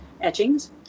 etchings